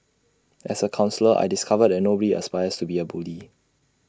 as A counsellor I discovered that nobody aspires to be A bully